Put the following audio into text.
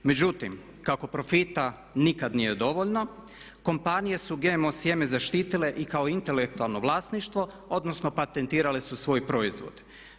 Međutim, kako profita nikad nije dovoljno kompanije su GMO sjeme zaštitile i kao intelektualno vlasništvo odnosno patentirale su svoj proizvod.